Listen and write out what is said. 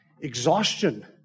Exhaustion